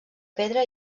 pedra